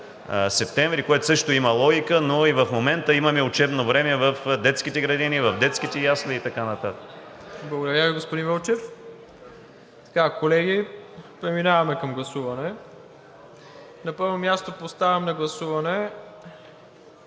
което също има логика, но и в момента имаме учебно време в детските градини, в детските ясли и така нататък. ПРЕДСЕДАТЕЛ МИРОСЛАВ ИВАНОВ: Благодаря Ви, господин Вълчев. Колеги, преминаваме към гласуване. На първо място, поставям на гласуване